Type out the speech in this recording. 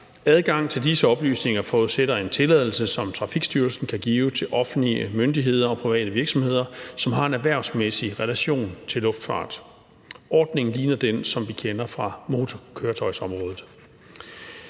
Adgang til disse oplysninger forudsætter en tilladelse, som Trafikstyrelsen kan give til offentlige myndigheder og private virksomheder, som har en erhvervsmæssig relation til luftfart. Ordningen ligner den, som vi kender fra motorkøretøjsområdet.